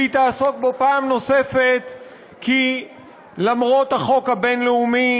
תעסוק בו כי למרות החוק הבין-לאומי